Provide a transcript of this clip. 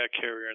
carrier